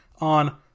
on